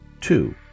Two